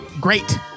great